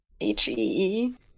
H-E-E